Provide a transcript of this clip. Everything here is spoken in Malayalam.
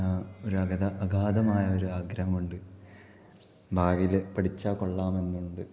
ഒരഗത ഒരഗാദമായ ഒരാഗ്രഹം ഉണ്ട് ഭാവിയില് പഠിച്ചാൽ കൊള്ളാമെന്നുണ്ട്